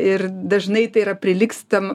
ir dažnai tai yra prilygstam